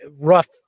rough